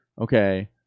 okay